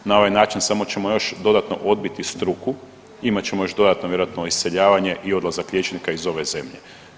Na ovaj način samo ćemo još dodatno odbiti struku, imat ćemo još dodatno vjerojatno iseljavanje i odlazak liječnika iz ove zemlje.